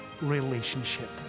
relationship